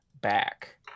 back